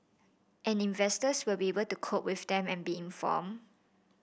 and investors will be able to cope with them and be inform